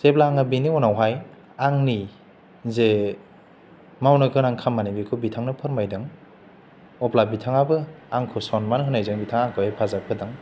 जेब्ला आङो बिनि उनावहाय आंनि जे मावनो गोनां खामानि बेखौ बिथांनो फोरमायदों अब्ला बिथाङाबो आंखौ सनमान होनायजों बिथाङा आंखौ हेफाजाब होदों